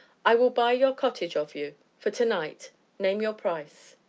i will buy your cottage of you for to-night name your price.